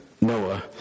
Noah